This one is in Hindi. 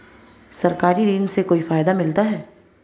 सरकारी ऋण से कोई फायदा मिलता है क्या?